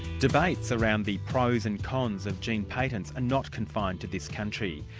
debates around the pros and cons of gene patents are not confined to this country.